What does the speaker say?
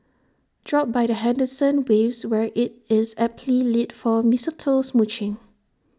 drop by the Henderson waves where IT is aptly lit for mistletoe smooching